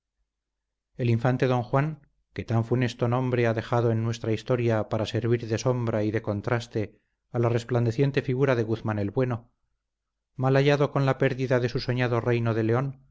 el infante don juan que tan funesto nombre ha dejado en nuestra historia para servir de sombra y de contraste a la resplandeciente figura de guzmán el bueno mal hallado con la pérdida de su soñado reino de león